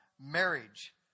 marriage